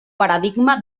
paradigma